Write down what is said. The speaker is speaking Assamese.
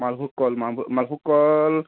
মালভোগ কল মালভোগ মালভোগ কল